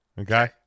Okay